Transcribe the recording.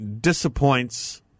disappoints